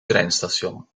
treinstation